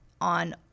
on